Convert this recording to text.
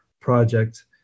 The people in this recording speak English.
project